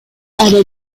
ada